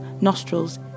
nostrils